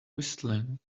whistling